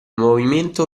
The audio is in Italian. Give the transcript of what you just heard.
movimento